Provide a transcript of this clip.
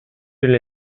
эле